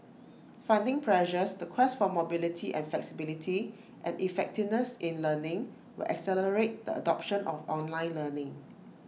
funding pressures the quest for mobility and flexibility and effectiveness in learning will accelerate the adoption of online learning